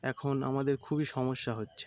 এখন আমাদের খুবই সমস্যা হচ্ছে